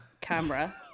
camera